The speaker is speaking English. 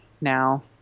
now